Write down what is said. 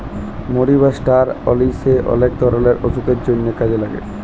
মরি বা ষ্টার অলিশে অলেক ধরলের অসুখের জন্হে কাজে লাগে